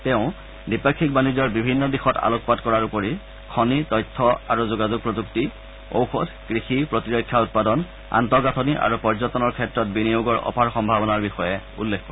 তেওঁ দ্বিপাক্ষিক বাণিজ্যৰ বিভিন্ন দিশত আলোকপাত কৰাৰ উপৰি খনি তথ্য আৰু যোগাযোগ প্ৰযুক্তি ঔষধ কৃষি প্ৰতিৰক্ষা উৎপাদন আন্তঃগাঁঠনি আৰু পৰ্যটনৰ ক্ষেত্ৰত বিনিয়োগৰ অপাৰ সম্ভাৱনাৰ বিষয়ে উল্লেখ কৰে